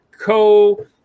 co